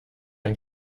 ein